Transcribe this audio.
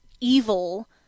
evil